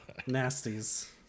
nasties